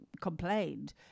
complained